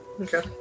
okay